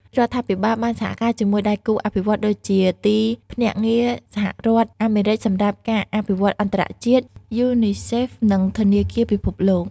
រដ្ឋាភិបាលបានសហការជាមួយដៃគូអភិវឌ្ឍន៍ដូចជា ទីភ្នាក់ងារសហរដ្ឋអាមេរិកសម្រាប់ការអភិវឌ្ឍអន្តរជាតិ យូនីសេហ្វ និងធនាគារពិភពលោក។